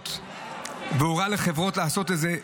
לחברות לעשות את זה.